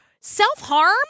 self-harm